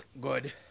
Good